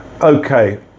okay